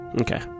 okay